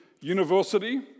University